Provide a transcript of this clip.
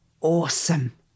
awesome